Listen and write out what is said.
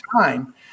time